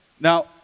Now